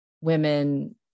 women